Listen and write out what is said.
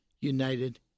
United